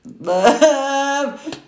Love